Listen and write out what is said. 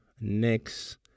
next